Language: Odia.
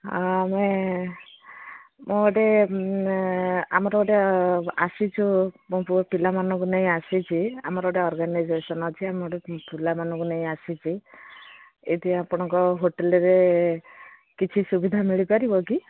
ହଁ ଆମେ ମୁଁ ଗୋଟେ ଆମର ଗୋଟେ ଆସିଛୁ ମୋ ପୁଅ ପିଲାମାନଙ୍କୁ ନେଇ ଆସିଛି ଆମର ଗୋଟେ ଅର୍ଗାନାଇଜେସନ ଅଛି ଆମ ଗୋଟେ ପିଲାମାନଙ୍କୁ ନେଇ ଆସିଛି ଏଠି ଆପଣଙ୍କ ହୋଟେଲରେ କିଛି ସୁବିଧା ମିଳିପାରିବ କି